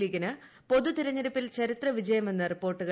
ലീഗിന് പൊതു തെരഞ്ഞെടുപ്പിൽ ചരിത്ര വിജയമെന്ന് റിപ്പോർട്ടുകൾ